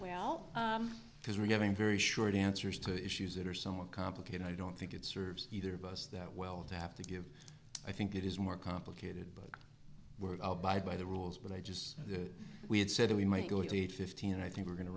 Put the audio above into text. because we're having very short answers to issues that are somewhat complicated i don't think it serves either of us that well to have to give i think it is more complicated but we're by by the rules but i just we had said that we might go to eight fifteen and i think we're going to